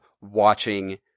watching